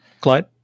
Clyde